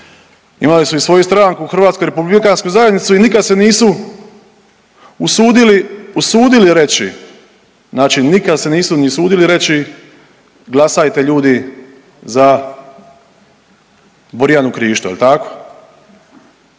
imali su i svoju stranku Hrvatsku republikansku zajednicu i nikad se nisu usudili, usudili reći, znači nikad se nisu ni usudili reći glasajte ljudi za Borjanu Krišto jel tako,